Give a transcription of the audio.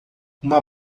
uma